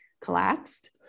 collapsed